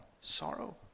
sorrow